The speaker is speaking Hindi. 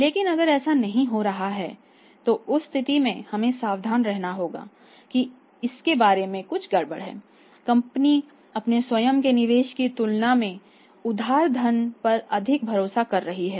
लेकिन अगर ऐसा नहीं हो रहा है तो उस स्थिति में हमें सावधान रहना होगा कि इसके बारे में कुछ गड़बड़ है कंपनी अपने स्वयं के निवेश की तुलना में उधार धन पर अधिक भरोसा कर रही है